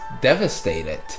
devastated